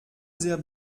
sehr